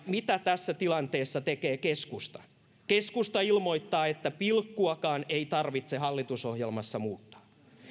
mitä tässä tilanteessa tekee keskusta keskusta ilmoittaa että pilkkuakaan ei tarvitse hallitusohjelmassa muuttaa